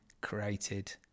created